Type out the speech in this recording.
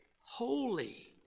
holy